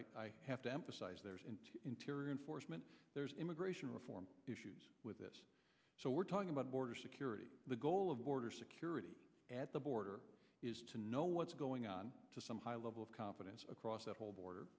i have to emphasize there's into interior enforcement there's immigration reform issues with this so we're talking about border security the goal of border security at the border is to know what's going on to some high level of confidence across the whole border